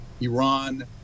Iran